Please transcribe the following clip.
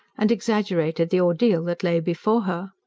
and exaggerated the ordeal that lay before her.